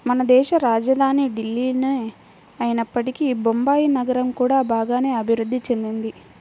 మనదేశ రాజధాని ఢిల్లీనే అయినప్పటికీ బొంబాయి నగరం కూడా బాగానే అభిరుద్ధి చెందింది